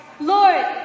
Lord